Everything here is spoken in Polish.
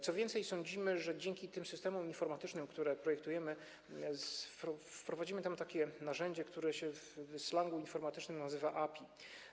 Co więcej, sądzimy, że dzięki systemom informatycznym, które projektujemy, wprowadzimy tam takie narzędzie, które w slangu informatycznym nazywa się API.